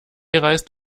reist